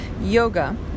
Yoga